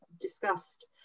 discussed